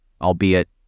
albeit